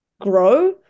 grow